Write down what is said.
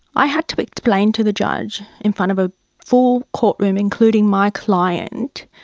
i had to explain to the judge in front of a full courtroom, including my client,